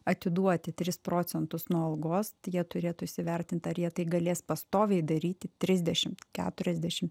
atiduoti tris procentus nuo algos jie turėtų įsivertint ar jie tai galės pastoviai daryti trisdešimt keturiasdešim